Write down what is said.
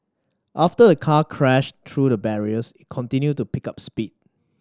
after a car crashed through the barriers it continued to pick up speed